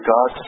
God